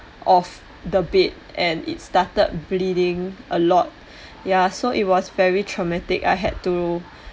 of the bed and it started bleeding a lot ya so it was very traumatic I had to